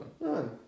No